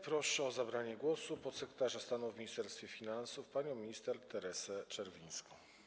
Proszę o zabranie głosu podsekretarza stanu w Ministerstwie Finansów panią minister Teresę Czerwińską.